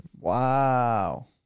wow